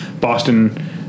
Boston